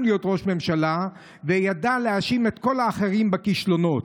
להיות ראש ממשלה וידע להאשים את כל האחרים בכישלונות.